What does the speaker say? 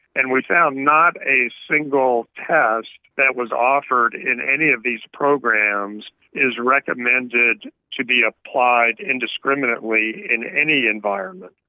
and we found not a single test that was offered in any of these programs is recommended to be applied indiscriminately in any environment.